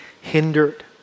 hindered